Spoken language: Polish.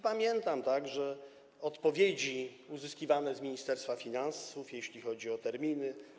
Pamiętam także odpowiedzi uzyskiwane z Ministerstwa Finansów, jeśli chodzi o terminy.